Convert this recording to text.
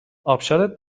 آبشارت